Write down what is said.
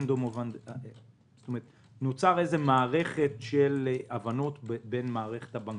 ונוצרה מערכת של הבנות במערכת הבנקאות.